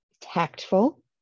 tactful